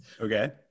Okay